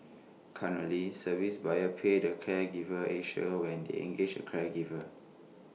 currently service buyers pay to Caregiver Asia when they engage A caregiver